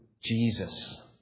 Jesus